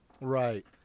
right